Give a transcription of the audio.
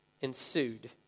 ensued